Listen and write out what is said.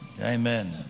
Amen